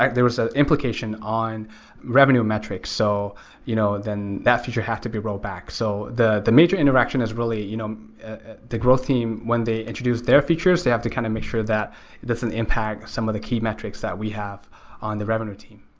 like there was an implication on revenue metrics. so you know then that feature had to be rolled back. so the the major interaction is really you know the growth team, when they introduced their features, they have to kind of make sure that it doesn't impact some of the key metrics that we have on the revenue team.